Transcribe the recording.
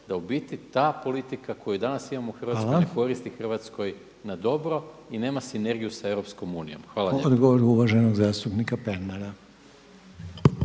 da u biti ta politika koju danas imamo u Hrvatskoj ne koristi Hrvatskoj na dobro i nema sinergiju sa EU. Hvala lijepa. **Reiner, Željko (HDZ)** Odgovor uvaženog zastupnika Pernara.